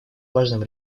важным